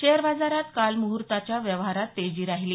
share बाजारात काल मुहुर्ताच्या व्यवहारात तेजी राहिली